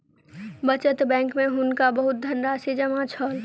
बचत बैंक में हुनका बहुत धनराशि जमा छल